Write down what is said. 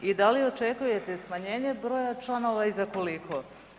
I da li očekujete smanjenje broja članova i za koliko?